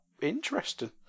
interesting